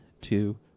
two